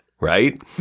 right